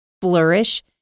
flourish